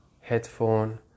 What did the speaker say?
headphone